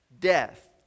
Death